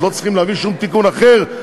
אז לא צריכים להביא שום תיקון אחר?